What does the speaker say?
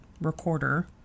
recorder